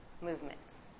movements